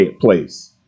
place